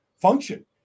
function